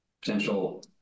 potential